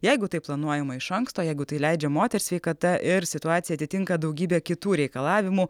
jeigu tai planuojama iš anksto jeigu tai leidžia moters sveikata ir situacija atitinka daugybę kitų reikalavimų